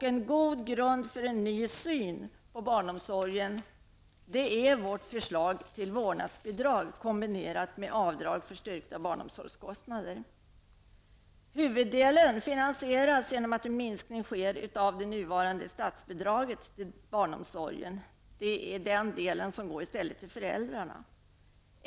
En god grund för en ny syn på barnomsorgen är vårt förslag till vårdnadsbidrag kombinerat med avdrag för styrkta barnomsorgskostnader. Huvuddelen av förslaget finansieras genom att en minskning av det nuvarande statsbidraget till barnomsorgen sker. Den delen går i stället till föräldrarna.